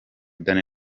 danny